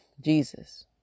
jesus